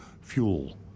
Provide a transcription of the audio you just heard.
fuel